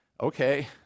okay